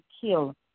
kill